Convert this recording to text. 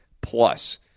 plus